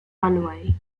runway